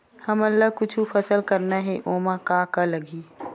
हमन ला कुछु फसल करना हे ओमा का का लगही?